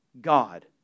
God